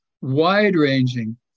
wide-ranging